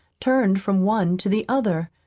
turned from one to the other.